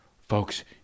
Folks